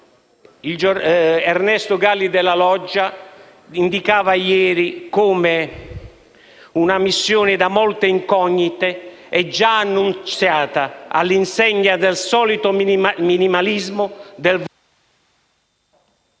Ernesto Galli della Loggia indicava ieri come una missione dalle molte incognite e già annunziata all'insegna del solito minimalismo del vorrei